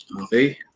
okay